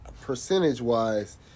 percentage-wise